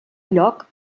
lloc